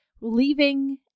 leaving